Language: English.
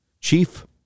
Chief